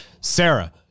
Sarah